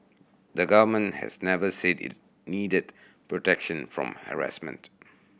the Government has never said it needed protection from harassment